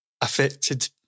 affected